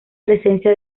presencia